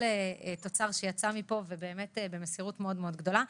תוצר שיצא מפה ושעבד במסירות גדולה מאוד,